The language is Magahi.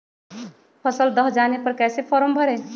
फसल दह जाने पर कैसे फॉर्म भरे?